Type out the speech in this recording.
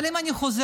אבל אם אני חוזרת,